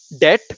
debt